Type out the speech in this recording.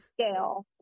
scale